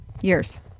years